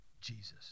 Jesus